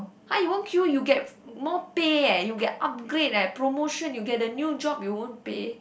!huh! you won't queue you get more pay eh you get upgrade eh promotion you get a new job you won't pay